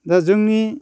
दा जोंनि